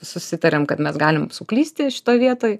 susitariam kad mes galim suklysti šitoj vietoj